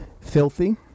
Filthy